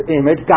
image